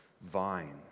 vine